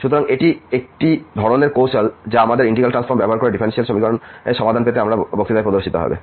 সুতরাং এটি একটি ধরনের কৌশল যা আমাদের ইন্টিগ্রাল ট্রান্সফর্ম ব্যবহার করে ডিফারেনশিয়াল সমীকরণের সমাধান পেতে আমাদের বক্তৃতায় প্রদর্শিত হবে